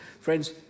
Friends